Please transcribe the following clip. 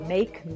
Make